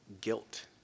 guilt